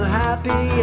happy